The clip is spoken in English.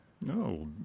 No